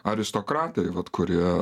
aristokratai vat kurie